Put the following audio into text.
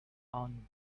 own